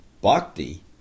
bhakti